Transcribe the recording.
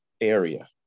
area